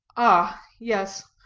ah, yes,